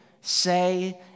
say